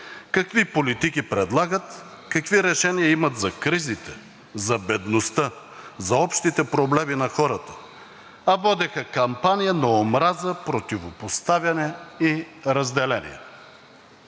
какви политики предлагат, какви решения имат за кризите, за бедността, за общите проблеми на хората, а водеха кампания на омраза, противопоставяне и разделение.